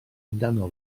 amdano